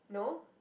no